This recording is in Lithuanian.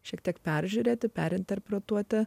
šiek tiek peržiūrėti perinterpretuoti